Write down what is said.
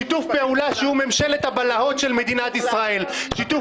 שיתוף פעולה שהוא ממשלת הבלהות של מדינת ישראל,